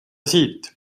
siit